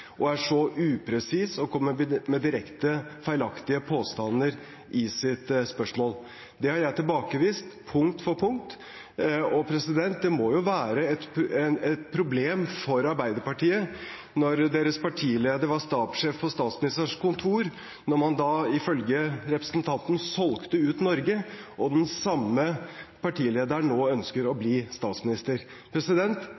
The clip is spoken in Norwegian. og er så upresis og kommer med direkte feilaktige påstander i sitt spørsmål. Det har jeg tilbakevist punkt for punkt. Det må jo være et problem for Arbeiderpartiet når deres partileder var stabssjef ved Statsministerens kontor da man ifølge representanten solgte ut Norge, og den samme partilederen nå ønsker å